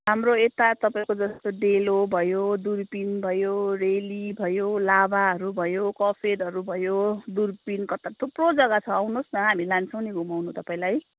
हाम्रो यता तपाईँको जस्तो डेलो भयो दुर्पिन भयो रेली भयो लाभाहरू भयो कफेरहरू भयो दुर्पिन कता थुप्रो जग्गा छ आउनुहोस् न हामी लान्छौँ नि घुमाउनु तपाईँलाई